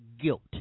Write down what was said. guilt